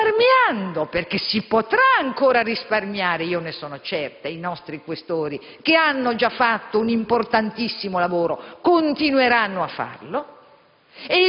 risparmiando, perché si potrà ancora risparmiare, ne sono certa e i nostri senatori Questori, che hanno già svolto un importantissimo lavoro, continueranno a svolgerlo.